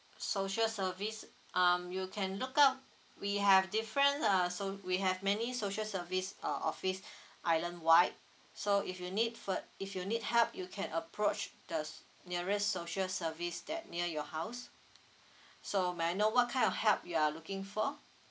social service um you can look up we have different uh so~ we have many social service uh office islandwide so if you need fur~ if you need help you can approach the nearest social service that near your house so may I know what kind of help you are looking for